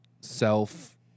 self